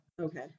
Okay